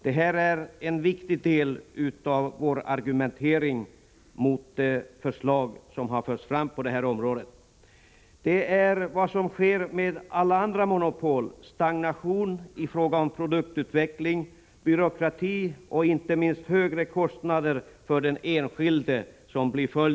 Det är en viktig del av vår argumentering mot förslag som förts fram på detta område. Det är vad som sker med alla andra monopol som blir följden — stagnation i fråga om produktutveckling, byråkrati och inte minst högre kostnader för den enskilde.